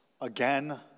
Again